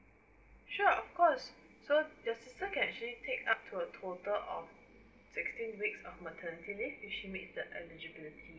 sure of course so your sister can actually paid up to total of sixteen weeks of maternity leave if she meet the eligibility